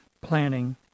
planning